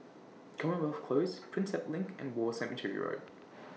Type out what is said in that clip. Commonwealth Close Prinsep LINK and War Cemetery Road